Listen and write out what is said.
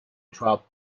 thorp